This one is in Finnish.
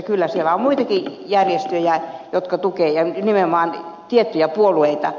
kyllä siellä on muitakin järjestöjä jotka tukevat ja nimenomaan tiettyjä puolueita